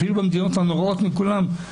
אפילו במדינות הנוראות מכולן,